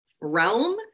realm